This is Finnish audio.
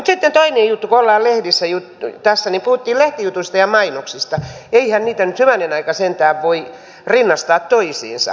kun ollaan lehdistä tässä puhuttu puhuttiin lehtijutuista ja mainoksista niin eihän niitä nyt hyvänen aika sentään voi rinnastaa toisiinsa